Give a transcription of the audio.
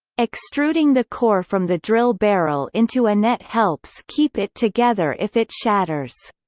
extruding the core from the drill barrel into a net helps keep it together if it shatters.